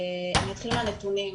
אתחיל מהנתונים.